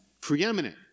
preeminent